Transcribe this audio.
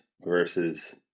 versus